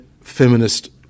feminist